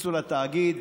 התאגיד,